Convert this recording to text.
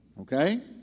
okay